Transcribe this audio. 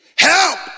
Help